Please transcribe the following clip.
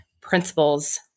principles